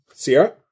Sierra